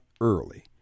Early